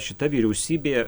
šita vyriausybė